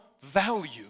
value